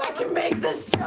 can make this